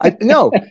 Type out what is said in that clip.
No